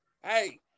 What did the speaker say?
hey